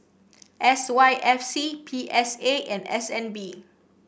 S Y F C P S A and S N B